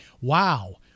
wow